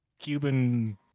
Cuban